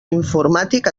informàtic